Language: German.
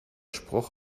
spruch